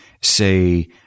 say